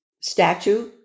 statue